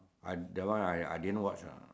I that one I I didn't watch ah